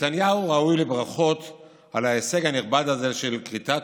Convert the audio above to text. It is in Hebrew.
נתניהו ראוי לברכות על ההישג הנכבד הזה של כריתת